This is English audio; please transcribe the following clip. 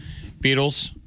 Beatles